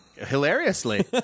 Hilariously